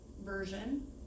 version